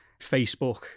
Facebook